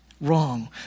wrong